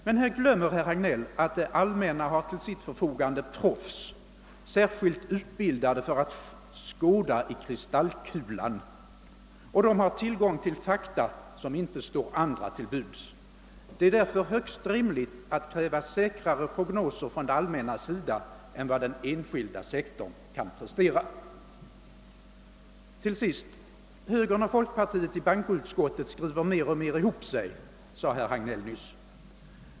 Men då glömmer herr Hagnell att det allmänna till sitt förfogande har professionella krafter, som är särskilt utbildade för att »skåda i kristallkulan» och som har tillgång till fakta vilka inte står andra till buds. Det är därför högst rimligt att kräva säkrare prognoser från det allmänna än vad den enskilda sektorn kan prestera. Slutligen sade herr Hagnell nyss att högern och folkpartiet mer och mer skriver ibop sig i bankoutskottet.